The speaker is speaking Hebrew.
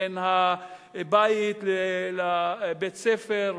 בין הבית לבין בית-הספר,